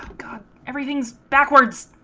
everything's backwards